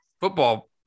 football